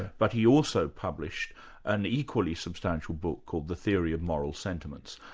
but he also published an equally substantial book called the theory of moral sentiments,